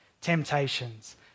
temptations